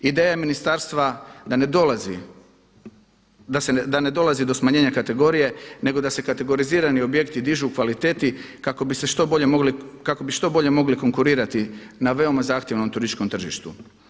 Ideja ministarstva da ne dolazi do smanjenja kategorije nego sa se kategorizirani objekti dižu u kvaliteti kako bi što bolje mogli konkurirati na veoma zahtjevnom turističkom tržištu.